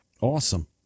Awesome